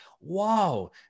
Wow